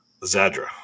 Zadra